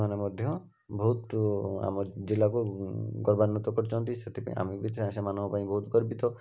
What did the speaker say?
ସେମାନେ ମଧ୍ୟ ବହୁତ ଆମର ଜିଲ୍ଲାକୁ ଗର୍ବାନ୍ଵିତ କରିଛନ୍ତି ସେଥିପାଇଁ ଆମେ ବି ସେମାନଙ୍କ ପାଇଁ ବହୁତ ଗର୍ବିତ